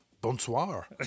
Bonsoir